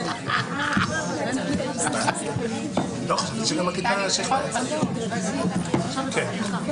ואיננו מבקר המדינה מהסיבה שכאשר מבקר המדינה נתקל